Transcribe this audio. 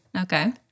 Okay